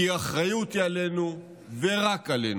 כי האחריות היא עלינו ורק עלינו.